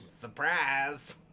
surprise